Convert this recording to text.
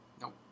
Nope